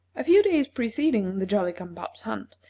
a few days preceding the jolly-cum-pop's hunt,